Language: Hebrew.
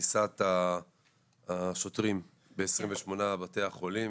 ופריסת השוטרים ב-28 בתי החולים,